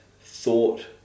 thought